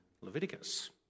Leviticus